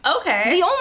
Okay